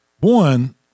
One